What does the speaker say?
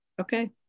Okay